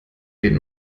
den